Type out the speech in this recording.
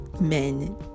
men